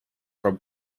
from